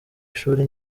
ishuri